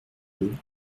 deux